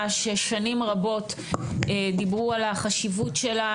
ששנים רבות דיברו על החשיבות שלה,